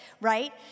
right